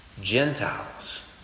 Gentiles